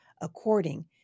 according